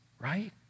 right